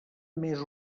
més